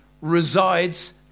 resides